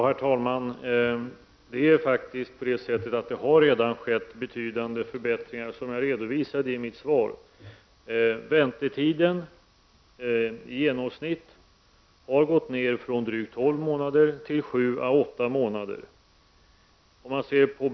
Herr talman! Det har faktiskt, som jag redovisade i mitt svar, redan skett betydande förbättringar. Den genomsnittliga väntetiden har gått ned från drygt tolv månader till sju å åtta månader.